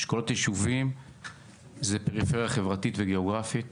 אשכולות יישובים זה פריפריה חברתית וגאוגרפית,